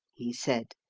he said,